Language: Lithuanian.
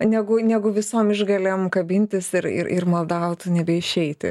negu negu visom išgalėm kabintis ir ir maldaut nebeišeiti